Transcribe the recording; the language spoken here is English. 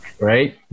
right